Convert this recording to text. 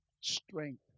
strength